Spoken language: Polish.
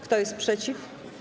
Kto jest przeciw?